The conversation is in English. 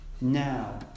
now